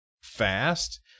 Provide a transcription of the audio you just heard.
fast